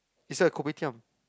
is that a kopitiam